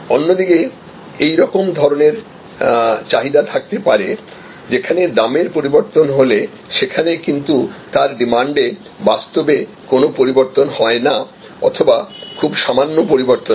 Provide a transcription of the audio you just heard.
অন্যদিকে এই রকম ধরণের চাহিদা থাকতে পারে যেখানে দামের পরিবর্তন হলে সেখানে কিন্তু তার ডিমান্ডে বাস্তবে কোন পরিবর্তন হয় না অথবা খুব সামান্য পরিবর্তন হয়